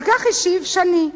על כך השיב שני,